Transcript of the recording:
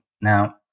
Now